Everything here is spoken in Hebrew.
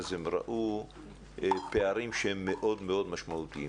אז הם ראו פערים שהם מאוד משמעותיים.